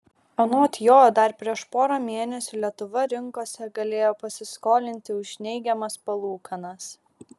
anot jo dar prieš porą mėnesių lietuva rinkose galėjo pasiskolinti už neigiamas palūkanas